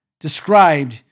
described